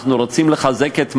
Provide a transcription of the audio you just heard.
אנחנו רוצים לחזק את מעמדם,